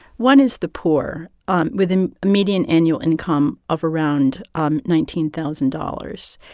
one is the poor um with a median annual income of around um nineteen thousand dollars.